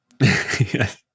Yes